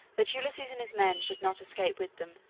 that ulysses and his men should not escape with them.